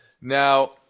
Now